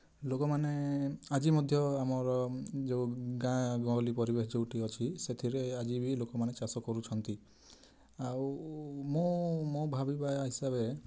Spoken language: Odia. ଲୋକମାନେ ଆଜି ମଧ୍ୟ ଆମର ଯେଉଁ ଗାଁ ଗହଳି ପରିବେଶ ଯେଉଁଠି ଅଛି ସେଥିରେ ଆଜି ବି ଲୋକମାନେ ଚାଷ କରୁଛନ୍ତି ଆଉ ମୁଁ ମୋ ଭାବିବା ହିସାବରେ